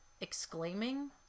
exclaiming